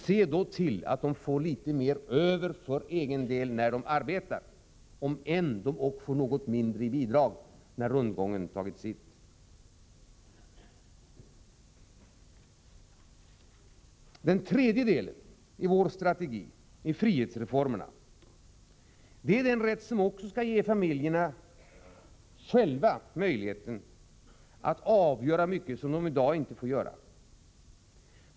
Se då till att människorna får litet mer över för egen del när de arbetar, om än de får något mindre i bidrag när rundgången tagit sitt! Den tredje delen i vår strategi är frihetsreformerna. Det är den rätt som också skall ge familjerna möjligheten att själva avgöra mycket av det som de i dag inte får avgöra.